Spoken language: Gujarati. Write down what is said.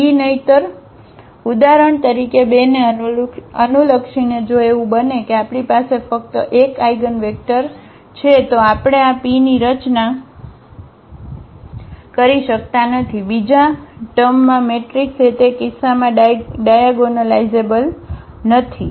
p નહિંતર ઉદાહરણ તરીકે 2 ને અનુલક્ષીને જો એવું બને કે આપણી પાસે ફક્ત 1 આઇગનવેક્ટર છે તો આપણે આ p ની રચના કરી શકતા નથી બીજા ટમૅ માં મેટ્રિક્સ એ તે કિસ્સામાં ડાયાગોનલાઇઝેબલ નથી